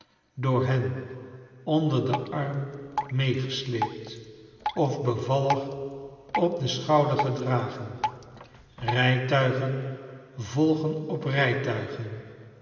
door hen onder den arm meegesleept of bevallig op den schouder gedragen rijtuigen volgen op rijtuigen